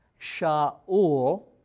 Shaul